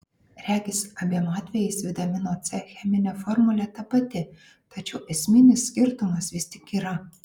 regis abiem atvejais vitamino c cheminė formulė ta pati tačiau esminis skirtumas vis tik yra